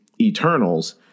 Eternals